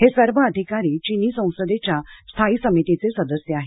हे सर्व अधिकारी चिनी संसदेच्या स्थायी समितीचे सदस्य आहेत